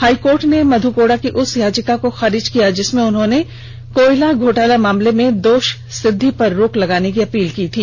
high court ने मधु कोड़ा की उस याचिका को खारिज कर दिया है जिसमें उन्होंने कोयला घोटाला मामले में दोषसिद्धि पर रोक लगाने की अपील की थी